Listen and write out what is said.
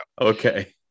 Okay